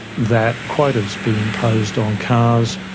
that quotas be imposed on cars.